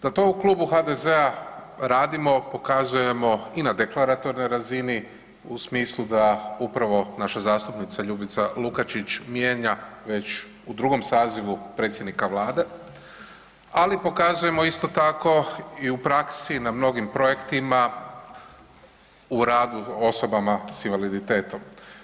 Da to u klubu HDZ-a radimo, pokazujemo i na deklaratornoj razini u smislu da upravo naša zastupnica Ljubica Lukačić mijenja već u drugom sazivu predsjednika Vlade, ali pokazujemo isto tako i u praksi na mnogim projektima, radu osobama sa invaliditetom.